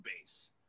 base